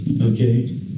Okay